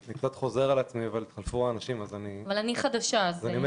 אני קצת חוזר על עצמי כי התחלפו מעט מהאנשים מהישיבה הקודמת.